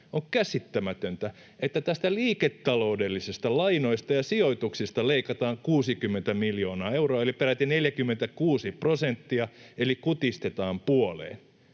on käsittämätöntä, että näistä liiketaloudellisista lainoista ja sijoituksista leikataan 60 miljoonaa euroa eli peräti 46 prosenttia, eli ne kutistetaan puoleen.